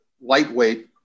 lightweight